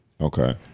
Okay